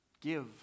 Give